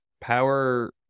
power